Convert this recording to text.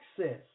access